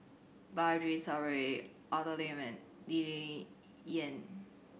Balaji Sadasivan Arthur Lim and Lee Ling Yen